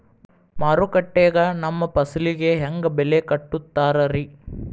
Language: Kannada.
ಮಾರುಕಟ್ಟೆ ಗ ನಮ್ಮ ಫಸಲಿಗೆ ಹೆಂಗ್ ಬೆಲೆ ಕಟ್ಟುತ್ತಾರ ರಿ?